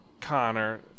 Connor